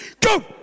Go